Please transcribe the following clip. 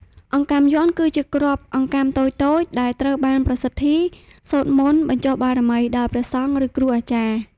អង្កាំយ័ន្ត គឺជាគ្រាប់អង្កាំតូចៗដែលត្រូវបានប្រសិទ្ធី (សូត្រមន្តបញ្ចុះបារមី) ដោយព្រះសង្ឃ ឬគ្រូអាចារ្យ។